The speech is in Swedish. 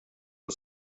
och